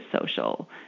social